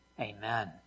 Amen